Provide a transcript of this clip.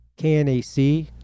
KNAC